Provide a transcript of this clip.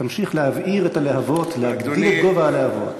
תמשיך להבעיר את הלהבות, להגדיל את גובה הלהבות.